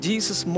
Jesus